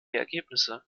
ergebnisse